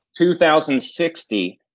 2060